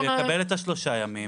הוא יקבל את השלושה ימים,